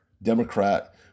Democrat